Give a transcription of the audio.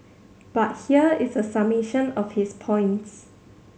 but here is a summation of his points